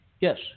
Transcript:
Yes